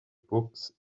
books